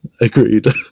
agreed